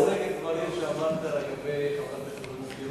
אני מחזק את הדברים שאמרת על חברת הכנסת תירוש.